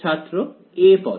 ছাত্র a পদ